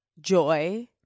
joy